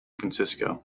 francisco